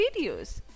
videos